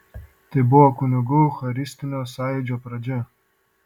tai buvo kunigų eucharistinio sąjūdžio pradžia